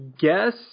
guess